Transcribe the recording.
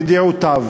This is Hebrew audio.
בדעותיו.